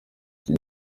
iki